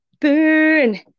burn